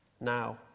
now